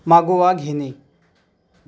मागोवा घेणे